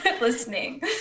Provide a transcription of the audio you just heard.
listening